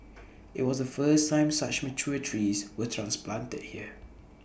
IT was the first time such mature trees were transplanted here